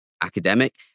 academic